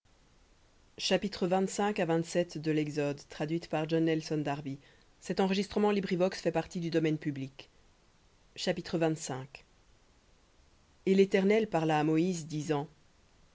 chapitre et l'éternel parla à moïse disant